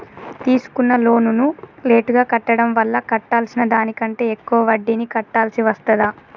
తీసుకున్న లోనును లేటుగా కట్టడం వల్ల కట్టాల్సిన దానికంటే ఎక్కువ వడ్డీని కట్టాల్సి వస్తదా?